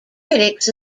critics